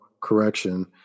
Correction